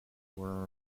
were